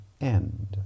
end